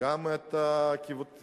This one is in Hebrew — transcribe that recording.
גם את הקצבאות,